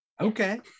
okay